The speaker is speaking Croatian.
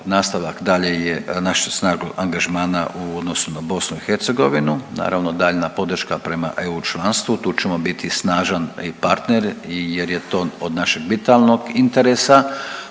nastavak dalje je naše snage angažmana u odnosu na BiH, naravno daljnja podrška prema EU članstvu, tu ćemo biti snažan i partner jer je to od našeg vitalnog interesa